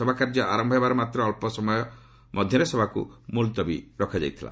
ସଭାକାର୍ଯ୍ୟ ଆରମ୍ଭ ହେବାର ମାତ୍ର ଅଳ୍ପସଭୟ ମଧ୍ୟରେ ସଭାକୁ ମୁଲତବୀ ରଖାଯାଇଥିଲା